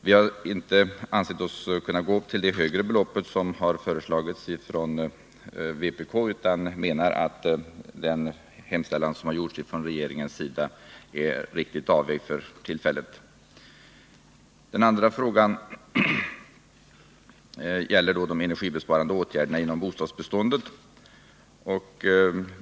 Vi har inte ansett oss kunna gå upp till det högre belopp som har föreslagits från vpk, utan vi menar att den hemställan som har gjorts av regeringen är riktigt avvägd för tillfället. Den andra frågan gäller de energibesparande åtgärderna inom bostadsbeståndet.